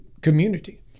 community